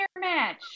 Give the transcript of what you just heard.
match